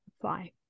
fly